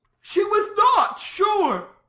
she was not, sure.